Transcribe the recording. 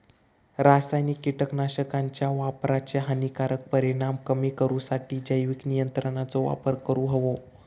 रासायनिक कीटकनाशकांच्या वापराचे हानिकारक परिणाम कमी करूसाठी जैविक नियंत्रणांचो वापर करूंक हवो